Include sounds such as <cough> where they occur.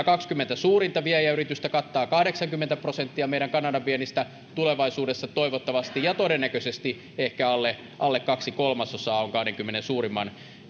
<unintelligible> kaksikymmentä suurinta viejäyritystä kattaa kahdeksankymmentä prosenttia meidän kanadan viennistämme tulevaisuudessa toivottavasti ja ja todennäköisesti ehkä alle alle kaksi kolmasosaa on kahdenkymmenen suurimman